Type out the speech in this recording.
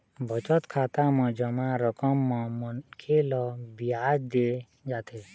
बचत खाता म जमा रकम म मनखे ल बियाज दे जाथे